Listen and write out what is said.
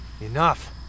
Enough